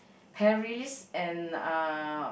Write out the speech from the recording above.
Paris and uh